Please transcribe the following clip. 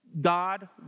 God